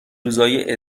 روزای